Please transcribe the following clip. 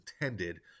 intended